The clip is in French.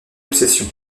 obsession